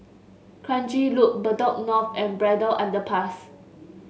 Kranji Loop Bedok North and Braddell Underpass